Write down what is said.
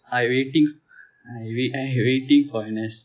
I waiting I wai~ I waiting for N_S